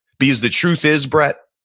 because the truth is, brett,